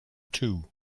too